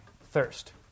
thirst